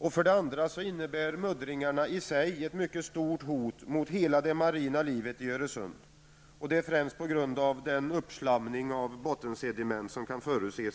och för det andra innebär muddringarna i sig ett mycket stort hot mot hela det marina livet i Öresund. Detta främst på grund av den omfattande uppslamning av bottensediment som kan förutses.